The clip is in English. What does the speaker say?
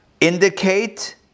indicate